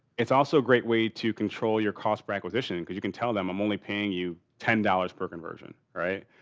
it's also a great way to control your cost for acquisition because you can tell them i'm only paying you ten dollars per conversion, alright?